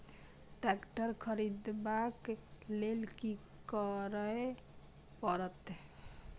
Tractor खरीदबाक लेल की करय परत?